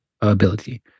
ability